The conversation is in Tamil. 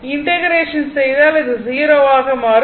இன்டெக்ரேஷன் செய்தால் இது 0 ஆக மாறும்